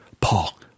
Paul